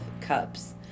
cups